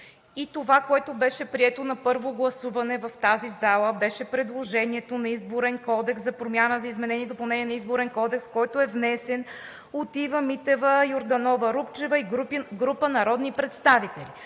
и това, което беше прието на първо гласуване в тази зала, беше предложението за изменение и допълнение на Изборен кодекс, който е внесен от Ива Митева Йорданова-Рупчева и група народни представители.